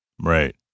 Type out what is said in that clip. Right